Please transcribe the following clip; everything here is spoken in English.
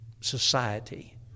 society